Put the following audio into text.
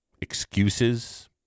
excuses